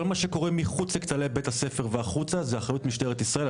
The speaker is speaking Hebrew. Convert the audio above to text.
כל מה שקורה מחוץ לכותלי בית הספר זה באחריות משטרת ישראל,